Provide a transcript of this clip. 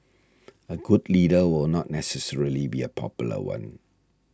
a good leader will not necessarily be a popular one